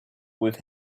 with